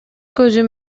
көзүм